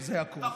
זה הכול.